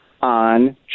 on